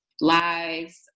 lives